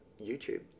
YouTube